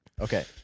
Okay